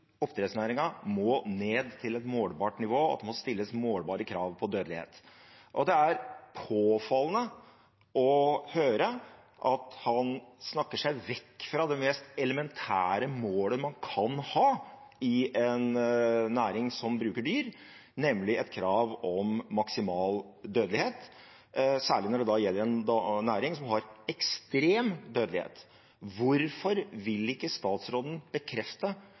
må ned til et målbart nivå, at det må stilles målbare krav på dødelighet. Og det er påfallende å høre at han snakker seg vekk fra det meste elementære målet man kan ha i en næring som bruker dyr, nemlig et krav om maksimal dødelighet – særlig når det gjelder en næring som har ekstrem dødelighet. Hvorfor vil ikke statsråden bekrefte